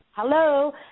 Hello